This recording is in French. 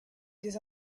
des